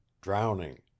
drowning